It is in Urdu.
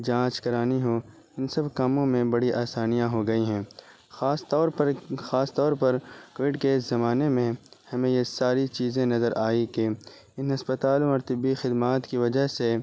جانچ کرانی ہو ان سب کاموں میں بڑی آسانیاں ہو گئی ہیں خاص طور پر خاص طور پر کووڈ کے زمانے میں ہمیں یہ ساری چیزیں نظر آئی کہ ان ہسپتالوں اور طبی خدمات کی وجہ سے